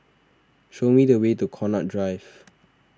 show me the way to Connaught Drive